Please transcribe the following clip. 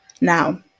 Now